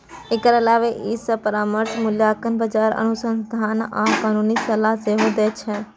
एकर अलावे ई सभ परामर्श, मूल्यांकन, बाजार अनुसंधान आ कानूनी सलाह सेहो दै छै